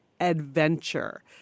adventure